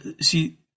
see